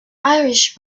irish